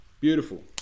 beautiful